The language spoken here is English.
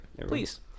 please